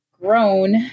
grown